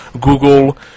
Google